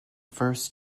first